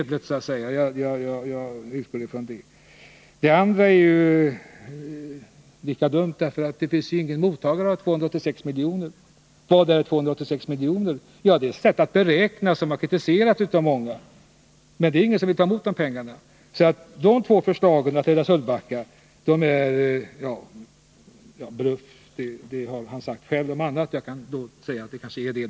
Det andra alternativet som angavs är ju lika dumt, för det finns ingen mottagare av de här 286 miljonerna. Och hur har man då kommit fram till det beloppet? Jo, det är ett sätt att beräkna som har praktiserats av många i det här sammanhanget. Men det finns som sagt ingen som vill ta emot dessa pengar. De två förslag till att rädda Sölvbacka som har framförts genom den här mannen framstår alltså — för att använda det uttryck som använts om annat av honom själv — som bluff.